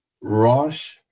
Rosh